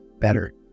better